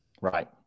Right